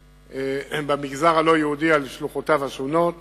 במגזר הלא-יהודי על שלוחותיו השונות,